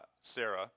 Sarah